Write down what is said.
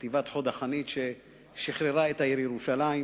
חטיבת חוד החנית ששחררה את העיר ירושלים,